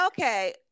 Okay